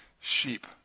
sheep